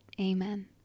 Amen